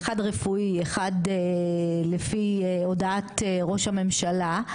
אחד רפואי אחד לפי הודעת ראש הממשלה,